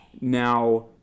Now